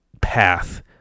path